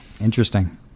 Interesting